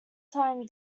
time